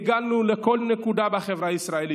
הגענו לכל נקודה בחברה הישראלית,